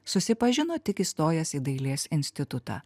susipažino tik įstojęs į dailės institutą